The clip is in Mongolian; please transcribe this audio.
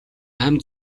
амь